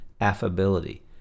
affability